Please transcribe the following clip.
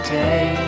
day